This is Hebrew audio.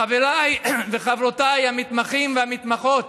חבריי וחברותיי המתמחים והמתמחות,